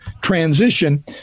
transition